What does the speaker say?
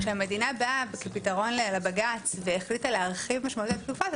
כשהמדינה באה וכפתרון לבג"ץ החליטה להרחיב משמעותיות את התקופות,